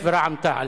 בבקשה.